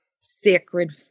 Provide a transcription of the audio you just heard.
sacred